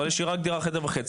אבל יש לי רק דירה חדר וחצי,